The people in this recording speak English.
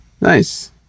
Nice